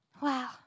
Wow